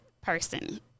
person